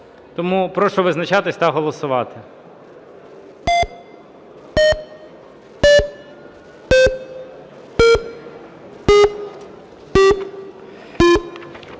Тому прошу визначатись та голосувати.